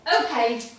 Okay